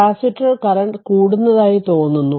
capacitor current കൂടുന്നതായി തോന്നുന്നു